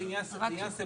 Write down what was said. זה עניין סמנטי,